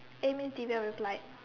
eh miss Divya replied